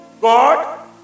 God